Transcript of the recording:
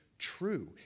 true